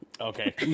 Okay